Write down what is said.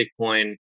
Bitcoin